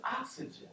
oxygen